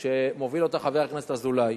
שמוביל אותה חבר הכנסת אזולאי,